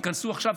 תיכנסו עכשיו,